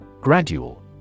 Gradual